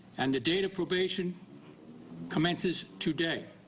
and the date of probation commences today.